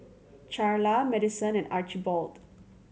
Charla Maddison and Archibald